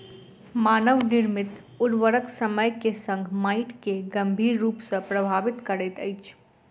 मानव निर्मित उर्वरक समय के संग माइट के गंभीर रूप सॅ प्रभावित करैत अछि